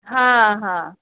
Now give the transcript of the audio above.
हां हां